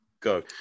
Go